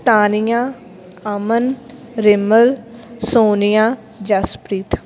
Tania Aman Remal Sonia Jaspreet